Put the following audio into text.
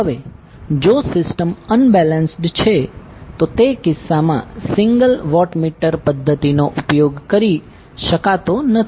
હવે જો system unbalanced છે તો તે કિસ્સામાં સિંગલ વોટમીટર પદ્ધતિનો ઉપયોગ કરી શકાતો નથી